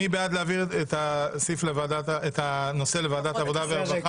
מי בעד להעביר את הנושא לוועדת העבודה והרווחה?